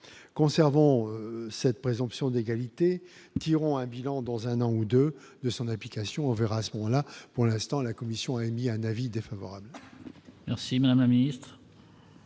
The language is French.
conservons cette présomption d'égalité, nous tirons un bilan dans un an ou 2 de son application, on verra ce qu'on a pour l'instant, la commission a émis un avis défavorable.